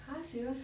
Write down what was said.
!huh! serious